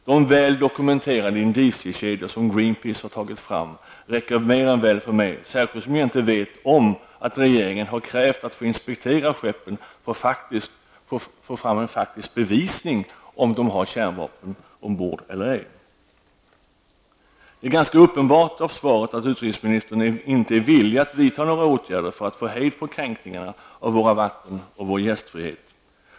De väl dokumenterade indiciekedjor som Greenpeace har tagit fram räcker mer än väl för mig, särskilt som jag inte vet om att regeringen har krävt att få inspektera skeppen för att få fram faktisk bevisning -- om de har kärnvapen ombord eller ej. Det är ganska uppenbart av svaret att utrikesministern inte är villig att vidta några åtgärder för att få hejd på kränkningarna av våra vatten och vår gästfrihet.